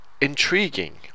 Intriguing